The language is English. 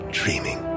dreaming